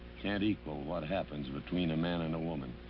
can't equal what happens between a man and a woman.